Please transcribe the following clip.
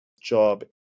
job